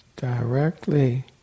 Directly